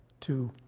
to